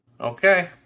Okay